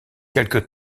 quelque